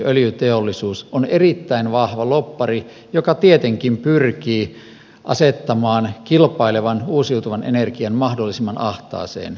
öljyteollisuus on erittäin vahva lobbari joka tietenkin pyrkii asettamaan kilpailevan uusiutuvan energian mahdollisimman ahtaaseen rakoseen